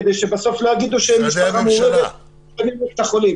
כדי שבסוף לא יגידו שבמשפחה מעורבת מפנים רק את החולים.